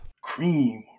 Cream